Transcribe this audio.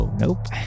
nope